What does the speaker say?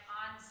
on